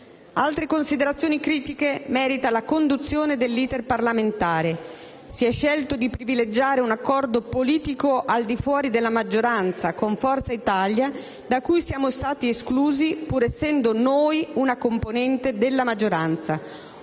Altre considerazioni critiche merita la conduzione dell'*iter* parlamentare: si è scelto di privilegiare un accordo politico al di fuori della maggioranza, con Forza Italia, da cui siamo stati esclusi, pur essendo noi una competente della maggioranza.